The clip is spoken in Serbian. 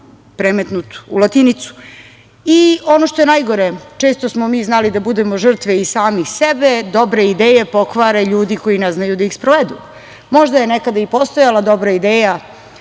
premetnut u latinicu. Ono što je najgore, često smo mi znali da budemo žrtve i sami sebe, dobre ideje pokvare ljudi koji ne znaju da ih sprovedu. Možda je nekada i postojala dobra ideja